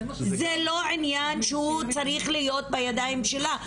זה לא עניין שהוא צריך להיות בידיים שלה,